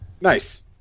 Nice